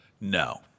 No